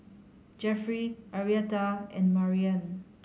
Jeffery Arietta and Mariann